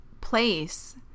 place